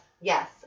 yes